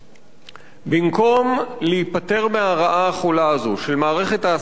במקום להיפטר מהרעה החולה הזאת של מערכת ההעסקה הלא-ישירה,